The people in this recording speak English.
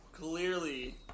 clearly